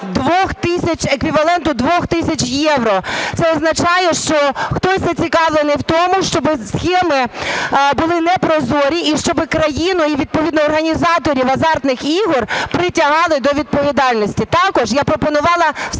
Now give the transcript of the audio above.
еквіваленту двох тисяч євро. Це означає, що хтось зацікавлений у тому, щоби схеми були непрозорі, і щоби країну і відповідно організаторів азартних ігор притягали до відповідальності. Також я пропонувала